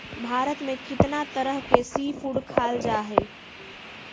भारत में कितना तरह के सी फूड खाल जा हई